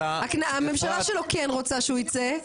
הממשלה שלו כן רוצה שהוא יצא,